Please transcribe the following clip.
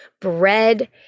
bread